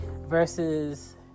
versus